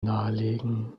nahelegen